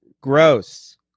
gross